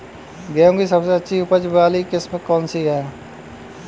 गेहूँ की सबसे उच्च उपज बाली किस्म कौनसी है?